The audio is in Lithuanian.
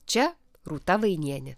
čia rūta vainienė